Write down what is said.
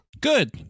Good